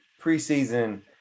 preseason